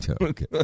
Okay